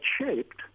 shaped